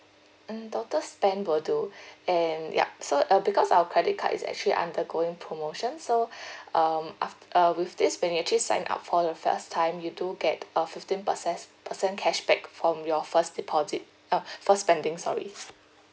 mm total spend will do and yup so uh because our credit card is actually undergoing promotion so um after uh with this when you actually sign up for the first time you do get a fifteen percent percent cashback from your first deposit uh first spending sorry